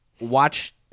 Watch